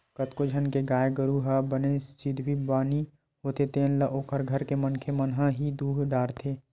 कतको झन के गाय गरु ह बने सिधवी बानी होथे तेन ल ओखर घर के मनखे मन ह ही दूह डरथे